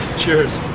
cheers.